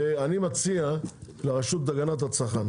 ואני מציע לרשות להגנת הצרכן,